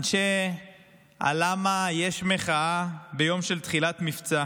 אנשי ה"למה יש מחאה בזמן מבצע"